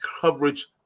coverage